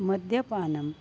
मद्यपानम्